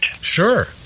Sure